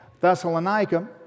Thessalonica